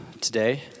today